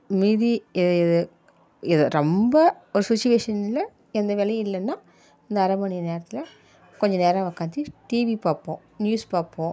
மீதி ரொம்ப ஒரு சுச்சுவேஷனில் எந்த வேலையும் இல்லைன்னா இந்த அரை மணி நேரத்தில் கொஞ்ச நேரம் உட்காந்தி டிவி பார்ப்போம் நியூஸ் பார்ப்போம்